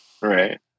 right